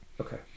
Okay